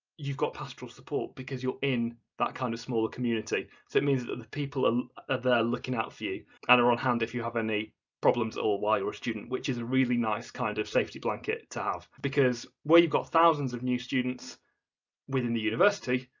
you've got pastoral support because you're in that kind of smaller community so it means that the people are there looking out for you and are on hand if you have any problems at all while you're a student which is a really nice kind of safety blanket to have because where you've got thousands of new students within the university,